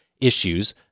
issues